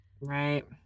Right